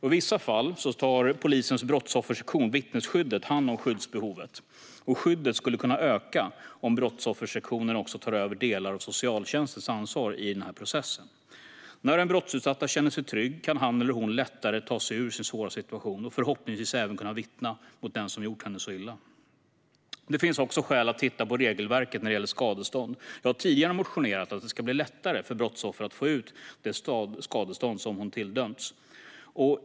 I vissa fall tar polisens brottsoffersektion, vittnesskyddet, hand om skyddsbehovet. Skyddet skulle kunna öka om brottsoffersektionen också tog över delar av socialtjänstens ansvar i denna process. När brottsutsatta känner sig trygga kan de lättare ta sig ur sin svåra situation och förhoppningsvis även vittna mot den som gjort dem så illa. Det finns också skäl att titta på regelverket när det gäller skadestånd. Jag har tidigare motionerat om att det ska bli lättare för brottsoffer att få ut det skadestånd som de tilldömts.